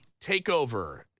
takeover